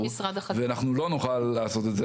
ואנחנו לא נוכל לעשות את זה,